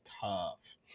tough